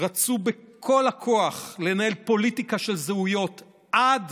רצו בכל הכוח לנהל פוליטיקה של זהויות עד